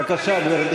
בבקשה.